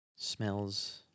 Smells